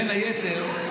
בין היתר,